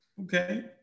okay